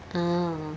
ah